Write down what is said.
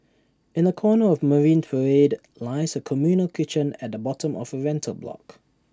in A corner of marine parade lies A communal kitchen at the bottom of A rental block